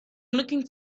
looking